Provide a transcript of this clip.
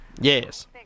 Yes